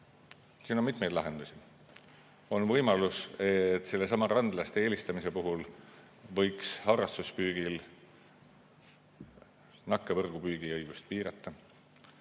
siin on mitmeid lahendusi. On võimalus, et sellelsamal randlaste eelistamise puhul võiks harrastuspüügil nakkevõrguga püügi õigust piirata.